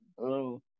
hello